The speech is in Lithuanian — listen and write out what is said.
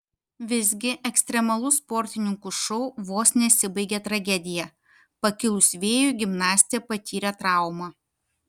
visgi ekstremalus sportininkų šou vos nesibaigė tragedija pakilus vėjui gimnastė patyrė traumą